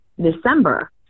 December